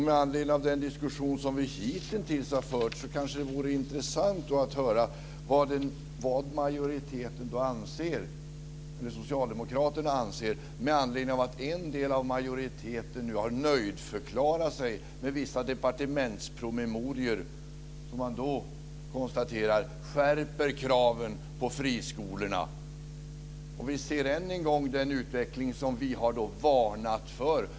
Med anledning av den diskussion som vi hitintills har fört kanske det vore intressant att höra vad Socialdemokraterna anser, med anledning av att en del av majoriteten nu har nöjdförklarat sig med vissa departementspromemorior, som man konstaterar skärper kraven på friskolorna. Vi ser än en gång den utveckling som vi har varnat för.